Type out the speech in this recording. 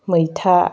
मैथा